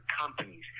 companies